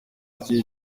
rye